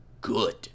good